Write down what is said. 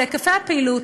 ולהיקפי הפעילות.